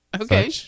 Okay